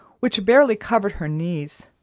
which barely covered her knees,